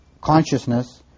consciousness